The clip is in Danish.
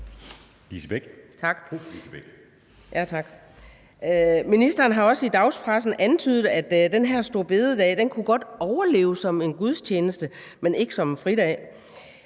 Ministeren har også i dagspressen antydet, at den her store bededag godt kunne overleve som en gudstjeneste, men ikke som en fridag.